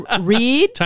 read